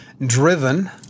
Driven